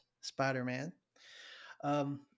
Spider-Man